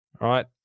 right